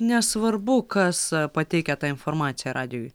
nesvarbu kas pateikia tą informaciją radijuj